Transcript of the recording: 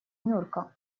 нюрка